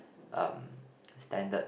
um standard